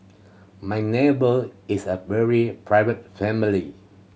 my neighbour is a very private family